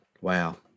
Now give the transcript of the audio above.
Wow